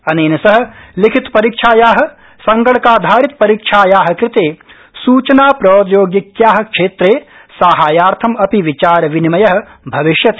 अनेन सह लिखितपरीक्षाया संगणकाधारित परीक्षाया कृते सूचनाप्रौद्योगिक्या क्षेत्रे साहाय्यार्थम् अपि विचार विनिमय भविष्यति